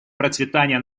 процветания